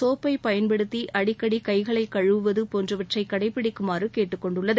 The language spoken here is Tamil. சோப்பை பயன்படுத்தி அடிக்கடி கைகளை கழுவுவது போன்றவற்றை கடைப்பிடிக்குமாறு கேட்டுக்கொண்டுள்ளது